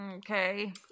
Okay